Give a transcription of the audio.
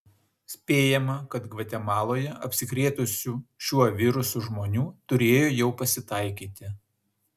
spėjama kad gvatemaloje apsikrėtusių šiuo virusu žmonių turėjo jau pasitaikyti